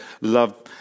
love